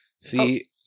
See